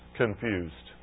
confused